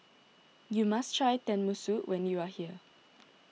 you must try Tenmusu when you are here